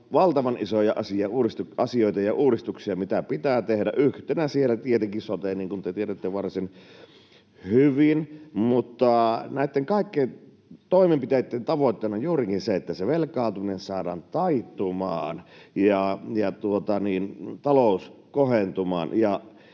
valtavan isoja asioita ja uudistuksia, mitä pitää tehdä. Yhtenä siellä on tietenkin sote, niin kuin te tiedätte varsin hyvin. Mutta näitten kaikkien toimenpiteitten tavoitteena on juurikin se, että se velkaantuminen saadaan taittumaan ja talous kohentumaan,